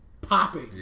popping